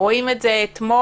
ראו את זה אתמול.